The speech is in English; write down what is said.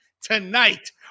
tonight